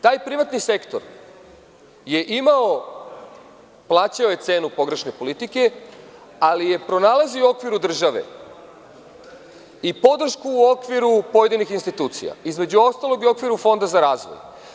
Taj privatni sektor je platio cenu pogrešne politike, ali je pronalazio u okviru države i podršku u okviru pojedinih institucija, između ostalog i u okviru Fonda za razvoj.